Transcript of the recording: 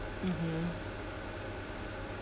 mmhmm